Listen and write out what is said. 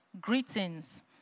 Greetings